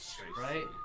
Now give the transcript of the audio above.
right